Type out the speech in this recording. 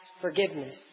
forgiveness